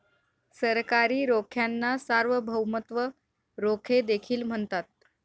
सरकारी रोख्यांना सार्वभौमत्व रोखे देखील म्हणतात